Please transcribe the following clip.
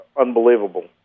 unbelievable